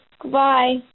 Goodbye